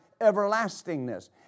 everlastingness